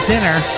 Dinner